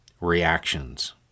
reactions